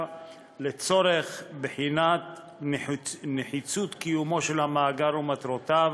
לצורך בחינת נחיצות קיומו של המאגר ומטרותיו,